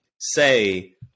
say